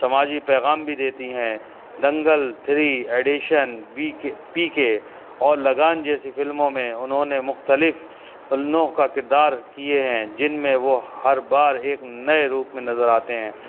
سماجی پیغام بھی دیتی ہیں دنگل تھری ایڈیشن بی کے پی کے اور لگان جیسی فلموں میں انہوں نے مختلف کا کردار کیے ہیں جن میں وہ ہر بار ایک نئے روپ میں نظر آتے ہیں